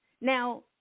Now